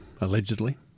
Allegedly